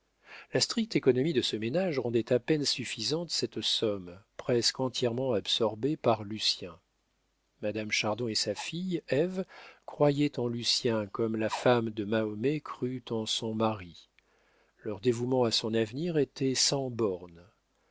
la stricte économie de ce ménage rendait à peine suffisante cette somme presque entièrement absorbée par lucien madame chardon et sa fille ève croyaient en lucien comme la femme de mahomet crut en son mari leur dévouement à son avenir était sans bornes